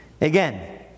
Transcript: Again